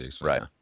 Right